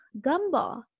Gumball